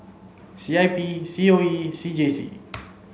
C I P C O E and C J C